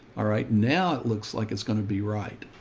alright, now it looks like it's going to be right.